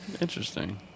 Interesting